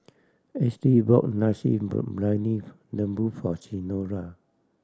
Ashley bought Nasi Briyani Lembu for Senora